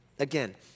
Again